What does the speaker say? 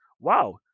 wow